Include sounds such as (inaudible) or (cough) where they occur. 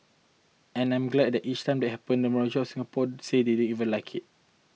and I'm glad that each time they happens the majority of Singapore say they did (unintelligible) like it